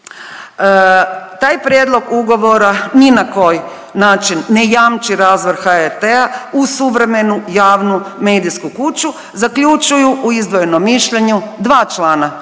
Taj prijedlog ugovora ni na koji način ne jamči razvoj HRT-a u suvremenu javnu medijsku kuću zaključuju u izdvojenom mišljenju dva člana